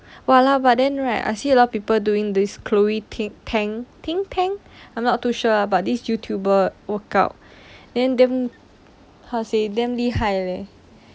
!walao! but then right I see a lot of people doing this chloe ting tang ting tang I'm not too sure but this youtuber workout then damn how to say damn 厉害 leh